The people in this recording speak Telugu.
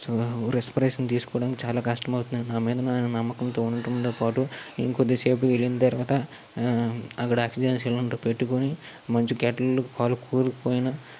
ఓహ్ రెస్పిరేషన్ తీసుకోవడానికి చాలా కష్టం అవుతుంది నా మీద నాకు నమ్మకంతో ఉండడంతో పాటు ఇంకొద్దిసేపు వెళ్ళిన తర్వాత అక్కడ ఆక్సిజన్ సిలిండర్ పెట్టుకొని మంచు గడ్డలు కాలు కూరుకుపోయిన